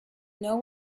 know